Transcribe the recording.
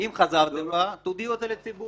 אם חזרתם בכם, תודיעו את זה לציבור.